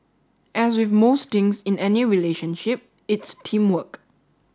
as with most things in any relationship it's teamwork